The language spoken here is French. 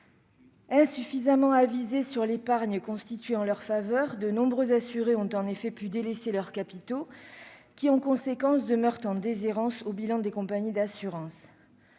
Insuffisamment avisés de l'épargne constituée en leur faveur, de nombreux assurés ont en effet pu délaisser leurs capitaux, qui demeurent en conséquence en déshérence au bilan des compagnies d'assurances.